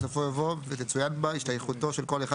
בסופו יבוא "ותצוין בה השתייכותו של כל אחד